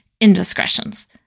indiscretions